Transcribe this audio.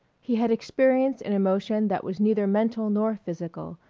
he had experienced an emotion that was neither mental nor physical,